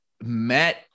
met